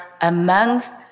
amongst